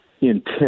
intent